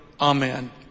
Amen